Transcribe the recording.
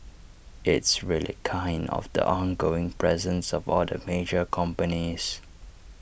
it's really kind of the ongoing presence of all the major companies